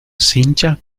cincha